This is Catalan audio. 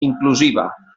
inclusiva